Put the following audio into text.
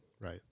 Right